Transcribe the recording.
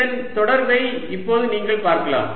இதன் தொடர்பை இப்போது நீங்கள் பார்க்கலாம்